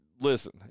Listen